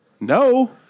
no